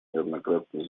неоднократно